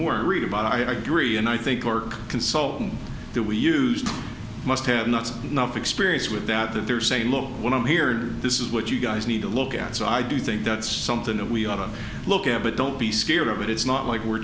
morning read about it agree and i think work consultant that we used must have not enough experience with that that they're saying look what i'm here this is what you guys need to look at so i do think that's something that we ought to look at but don't be scared of it it's not like we